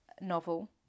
novel